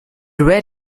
read